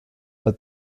but